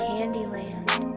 Candyland